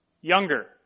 younger